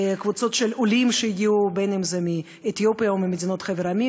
קבוצות של עולים שהגיעו אם מאתיופיה ואם מחבר המדינות,